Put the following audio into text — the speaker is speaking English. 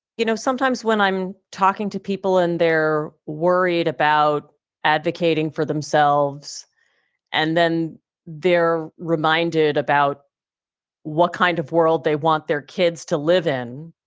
you know, sometimes when i'm talking to people and they're worried about advocating for themselves and then they're reminded about what kind of world they want their kids to live in,